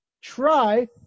try